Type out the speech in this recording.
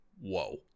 whoa